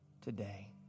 today